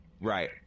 Right